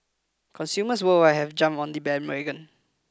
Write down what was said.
consumers worldwide have jumped on the bandwagon